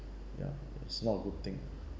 ya it's not a good thing